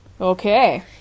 Okay